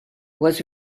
was